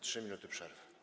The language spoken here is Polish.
3 minuty przerwy.